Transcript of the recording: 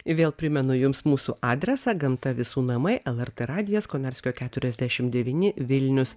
vėl primenu jums mūsų adresą gamta visų namai lrt radijas konarskio keturiasdešim devyni vilnius